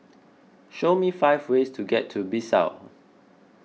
show me five ways to get to Bissau